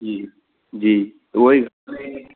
जी जी उहो ई